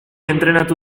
entrenatu